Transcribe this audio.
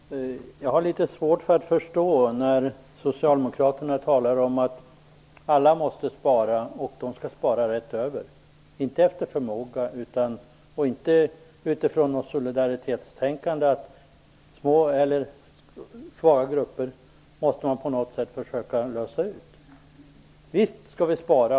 Fru talman! Jag har litet svårt att förstå när Socialdemokraterna talar om att alla måste spara och spara rätt över, inte efter förmåga och inte utifrån något solidaritetstänkande, att svaga grupper måste lösas ut. Visst skall vi spara.